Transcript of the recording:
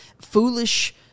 foolish